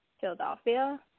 Philadelphia